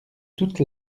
toute